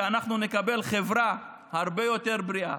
כי אנחנו נקבל חברה הרבה יותר בריאה,